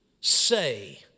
say